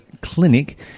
Clinic